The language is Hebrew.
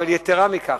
יתירה מכך,